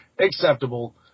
acceptable